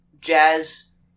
jazz